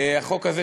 החוק הזה,